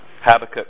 Habakkuk